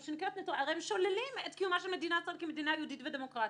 הרי הם שוללים את קיומה של מדינת ישראל כמדינה יהודית ודמוקרטית.